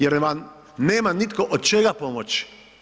Jer vam nema nitko od čega pomoći.